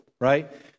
right